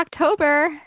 October